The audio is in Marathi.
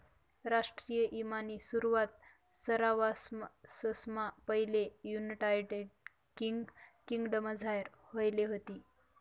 राष्ट्रीय ईमानी सुरवात सरवाससममा पैले युनायटेड किंगडमझार व्हयेल व्हती